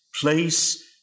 place